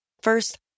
First